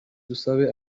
dusabe